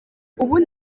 ubundi